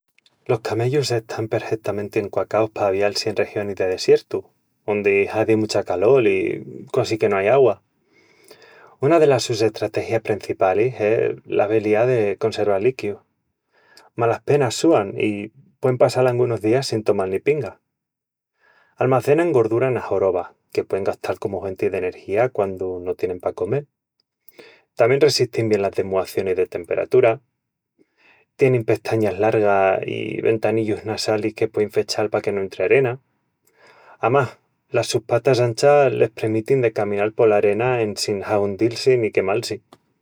Los camellus están perhetamenti enquacaus pa avial-si en regionis de desiertu, ondi hazi mucha calol i quasi que no ai agua. Una delas sus estrategias prencipalis es l'abeliá de conserval liquius: malaspenas súan i puein passal angunus días sin tomal ni pinga. Almacenan gordura ena horoba, que puein gastal comu huenti de energía quandu no tienin pa comel. Tamién ressistin bien las demuacionis de temperatura. Tienin pestañas largas i ventanillus nasalis que puein fechal pa que no entri arena. Amás, las sus patas anchas les premitin de caminal pola arena en sin ahundil-si ni quemal-si.